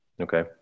Okay